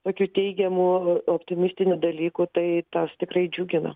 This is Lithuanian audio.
tokių teigiamų optimistinių dalykų tai tas tikrai džiugina